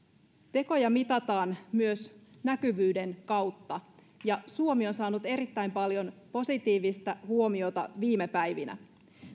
tekoja mitataan myös näkyvyyden kautta ja suomi on saanut erittäin paljon positiivista huomiota viime päivinä